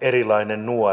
erilainen nuori